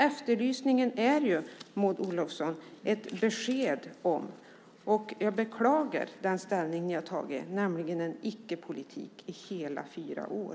Efterlysningen är, Maud Olofsson, ett besked om detta. Jag beklagar den ställning ni har tagit, nämligen en icke-politik i hela fyra år.